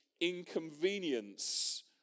inconvenience